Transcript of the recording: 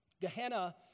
Gehenna